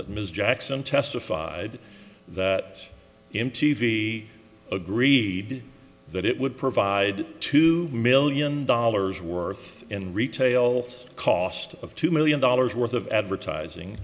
jackson testified that in t v agreed that it would provide two million dollars worth in retail cost of two million dollars worth of advertising